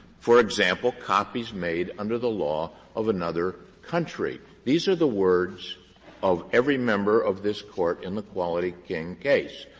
for example copies made under the law of another country. these are the words of every member of this court in the quality king case.